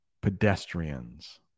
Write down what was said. pedestrians